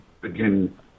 begin